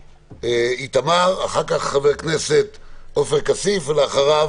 איתמר, אחריו חבר הכנסת עופר כסיף, ואחריו